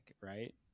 right